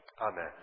Amen